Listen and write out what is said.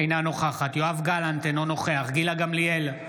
אינה נוכחת יואב גלנט, אינו נוכח גילה גמליאל,